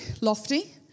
lofty